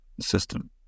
system